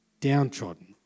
downtrodden